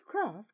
craft